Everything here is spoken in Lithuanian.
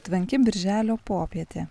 tvanki birželio popietė